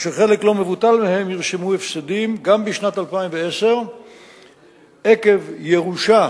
אשר חלק לא מבוטל מהם ירשמו הפסדים גם בשנת 2010 עקב ירושה